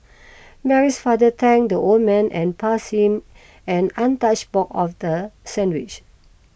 Mary's father thanked the old man and passed him an untouched box of the sandwiches